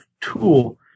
tool